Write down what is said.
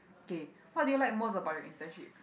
okay what do you like most about your internship